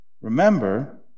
Remember